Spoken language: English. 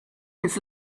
his